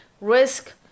risk